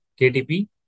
KDP